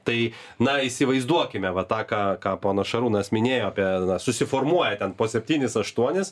tai na įsivaizduokime va tą ką ką ponas šarūnas minėjo apie susiformuoja ten po septynis aštuonis